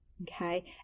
Okay